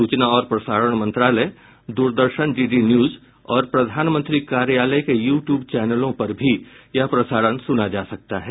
सूचना और प्रसारण मंत्रालय दूरदर्शन डी डी न्यूज और प्रधानमंत्री कार्यालय के यू ट्यूब चैनलों पर भी यह प्रसारण सुना जा सकता है